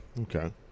Okay